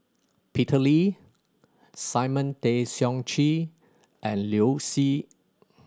Peter Lee Simon Tay Seong Chee and Liu Si